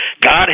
God